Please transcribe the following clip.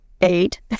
eight